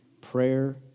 Prayer